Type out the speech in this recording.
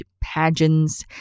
pageants